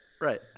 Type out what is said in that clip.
Right